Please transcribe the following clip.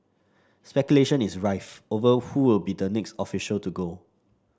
speculation is rife over who will be the next official to go